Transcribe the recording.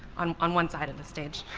on on one side of the stage.